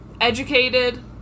educated